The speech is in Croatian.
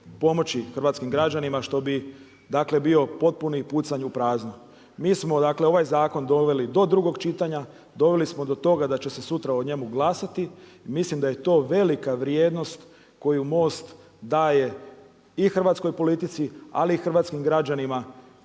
pomoći hrvatskim građanima što bi dakle, bio potpuni pucanj u prazno. Mi smo, dakle, ovaj zakon doveli do drugog čitanja, doveli smo do toga da će se sutra o njemu glasati, mislim da je to velika vrijednost koju Most daje i hrvatskoj politici ali i hrvatskim građanima